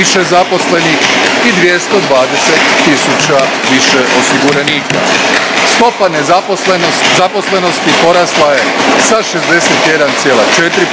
i 220 tisuća više osiguranika. Stopa zaposlenosti porasla je sa 61,4%